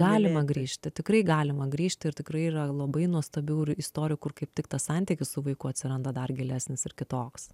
galima grįžti tikrai galima grįžti ir tikrai yra labai nuostabių istorijų kur kaip tik tas santykis su vaiku atsiranda dar gilesnis ir kitoks